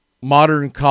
modern